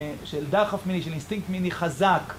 של דחף מיני, של אינסטינקט מיני חזק.